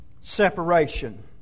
separation